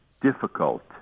difficult